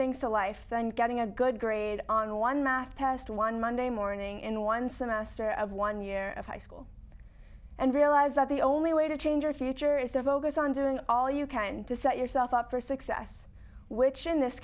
things to life than getting a good grade on one math test one monday morning in one semester of one year of high school and realize that the only way to change our future is to focus on doing all you can decide yourself up for success which in this